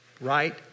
Right